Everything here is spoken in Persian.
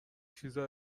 چیزا